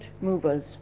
movers